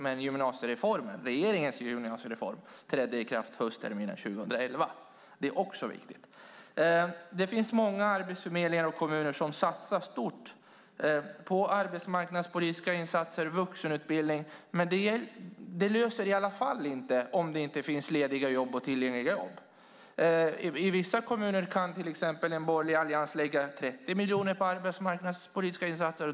Men regeringens gymnasiereform trädde i kraft höstterminen 2011. Det är också viktigt. Det finns många arbetsförmedlingar och kommuner som satsar stort på arbetsmarknadspolitiska insatser och vuxenutbildning. Men det löser i varje fall inte situationen om det inte finns lediga och tillgängliga jobb. I vissa kommuner kan till exempel en borgerlig allians lägga 30 miljoner på arbetsmarknadspolitiska insatser.